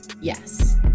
yes